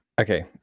okay